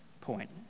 point